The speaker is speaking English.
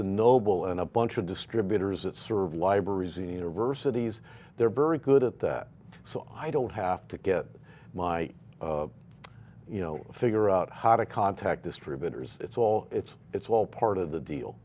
and noble and a bunch of distributors it's sort of libraries and universities they're very good at that so i don't have to get my you know figure out how to contact distributors it's all it's it's all part of the deal